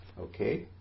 Okay